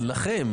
לכם.